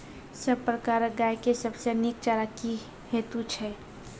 सब प्रकारक गाय के सबसे नीक चारा की हेतु छै?